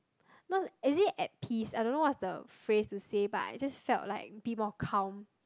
not as in at peace I don't know what's the phrase to say but I just felt like be more calm